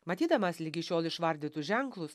matydamas ligi šiol išvardytus ženklus